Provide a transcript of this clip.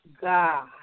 God